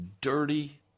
dirty